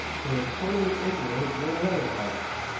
they are totally ignorant of many other arts.